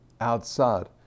outside